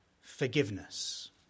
forgiveness